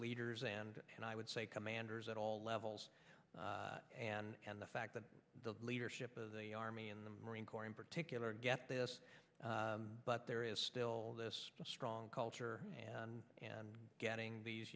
leaders and and i would say commanders at all levels and the fact that the leadership of the army and the marine corps in particular get this but there is still this strong culture and and getting these